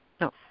No